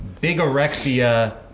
bigorexia